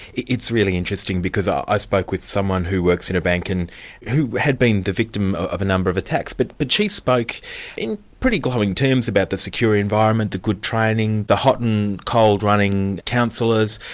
it's really interesting, because i spoke with someone who works in a bank and who had been the victim of a number of attacks, but but she spoke in pretty glowing terms about the secure environment, the good training, the hot and cold running counsellors,